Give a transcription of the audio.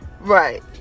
right